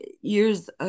years